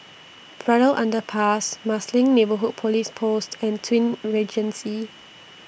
Braddell Underpass Marsiling Neighbourhood Police Post and Twin Regency